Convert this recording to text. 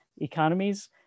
economies